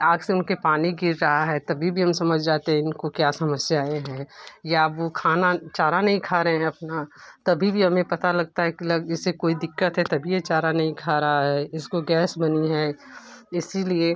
आँख से उनके पानी गिर रहा है तभी भी हम समझ जाते हैं इनको क्या समस्याएँ हैं या वो खाना चारा नहीं खा रहे हैं अपना तभी भी हमें पता लगता है कि लग इसे कोई दिक्कत है तभी ये चारा नहीं खा रहा है इसको गैस बनी है इसलिए